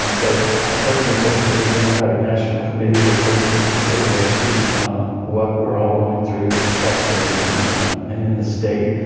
um but i certainly hope that the democratic national committee will take into consideration what we're all going through across the nation and in the state.